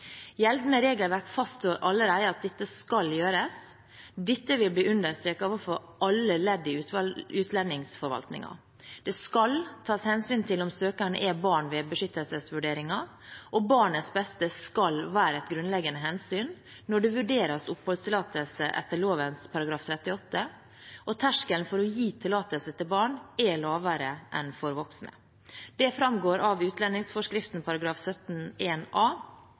Gjeldende regelverk fastslår allerede at dette skal gjøres. Dette vil bli understreket overfor alle ledd i utlendingsforvaltningen. Det skal ved beskyttelsesvurderinger tas hensyn til om søkerne er barn, og barnets beste skal være et grunnleggende hensyn når det vurderes oppholdstillatelse etter lovens § 38, og terskelen for å gi tillatelse til barn er lavere enn for voksne. Det framgår av